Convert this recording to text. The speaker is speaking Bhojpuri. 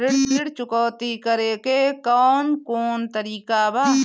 ऋण चुकौती करेके कौन कोन तरीका बा?